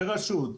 ברשות,